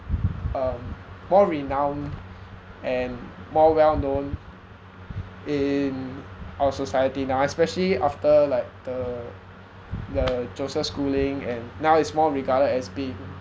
um more renowned and more well-known in our society now especially after like the the joseph schooling and now it's more regarded as being